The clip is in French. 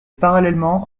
parallèlement